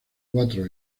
cuatro